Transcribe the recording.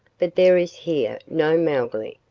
but there is here no mowgli,